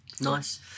Nice